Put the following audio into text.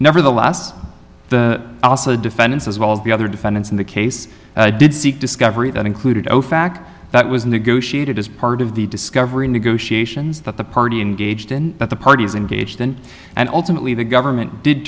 nevertheless the also defendants as well as the other defendants in the case did seek discovery that included ofac that was negotiated as part of the discovery negotiations that the party in gauged in at the parties in gage then and ultimately the government did